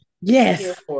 Yes